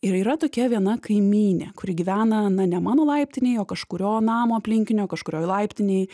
ir yra tokia viena kaimynė kuri gyvena na ne mano laiptinėj o kažkurio namo aplinkinio kažkurioj laiptinėj